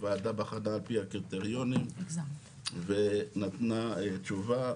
הוועדה בחנה על פי הקריטריונים ונתנה תשובה.